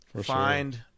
find